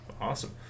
awesome